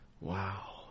Wow